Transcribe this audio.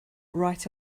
right